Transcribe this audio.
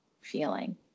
feeling